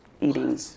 eating